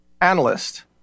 analyst